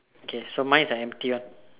okay so mine is a empty one